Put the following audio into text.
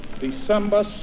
December